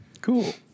Cool